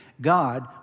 God